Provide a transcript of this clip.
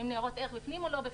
אם ניירות ערך בפנים או לא בפנים.